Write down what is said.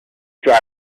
his